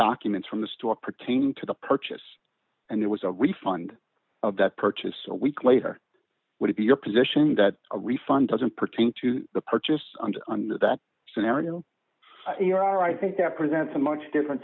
documents from the store pertaining to the purchase and there was a refund of that purchase a week later would be your position that a refund doesn't pertain to the purchase and under that scenario here i think that presents a much different